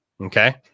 okay